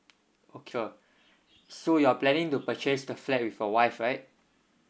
okay so you are planning to purchase the flat with your wife right